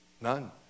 None